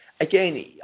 again